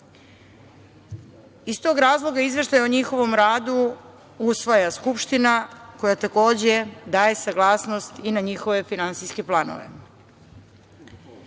tog razloga izveštaj o njihovom o radu usvaja Skupština, koja takođe, daje saglasnost i na njihove finansijske planove.